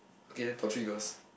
okay then top three girls